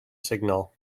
signal